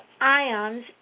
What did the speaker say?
ions